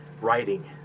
writing